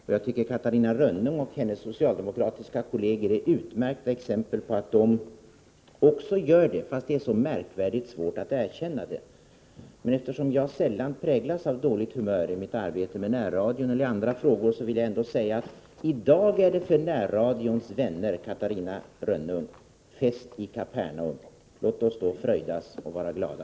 Catarina Rönnung och hennes socialdemokratiska kolleger är utmärkta exempel på detta, fast det är så märkvärdigt svårt för dem att erkänna det. Eftersom jag sällan präglas av dåligt humör i mitt arbete med närradion eller andra frågor, vill jag gärna säga: I dag är det för närradions vänner, Catarina Rönnung, fest i Kapernaum. Låt oss då fröjdas och vara glada.